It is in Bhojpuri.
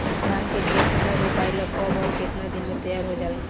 धान के बिया पुनः रोपाई ला कब और केतना दिन में तैयार होजाला?